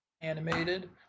animated